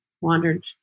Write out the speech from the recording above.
wandered